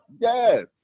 yes